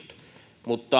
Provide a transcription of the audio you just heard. mutta